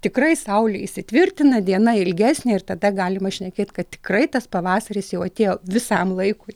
tikrai saulė įsitvirtina diena ilgesnė ir tada galima šnekėt kad tikrai tas pavasaris jau atėjo visam laikui